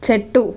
చెట్టు